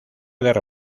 guerra